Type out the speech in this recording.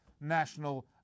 National